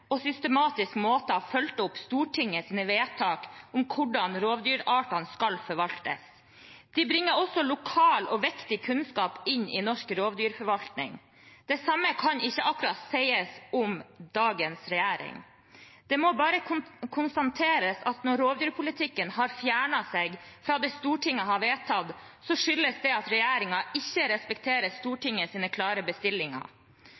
og systematisk måte har fulgt opp Stortingets vedtak om hvordan rovdyrartene skal forvaltes. De bringer også lokal og viktig kunnskap inn i norsk rovdyrforvaltning. Det samme kan ikke akkurat sies om dagens regjering. Det må bare konstateres at når rovdyrpolitikken har fjernet seg fra det Stortinget har vedtatt, skyldes det at regjeringen ikke respekterer Stortingets klare bestillinger.